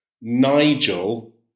Nigel